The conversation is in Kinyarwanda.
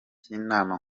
by’inama